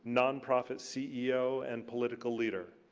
nonprofit ceo, and political leader.